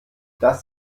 das